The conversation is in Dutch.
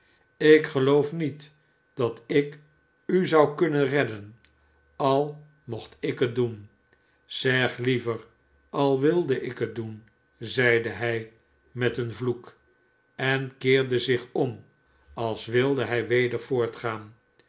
ik geloof niet dat ik u zou kunnen redden al mocht ik het doen zeg liever al wilde ik het doen zeide hij met een vloek en keerde zich om als wilde hij weder